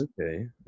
okay